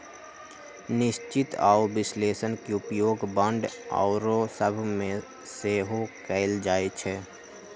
निश्चित आऽ विश्लेषण के उपयोग बांड आउरो सभ में सेहो कएल जाइ छइ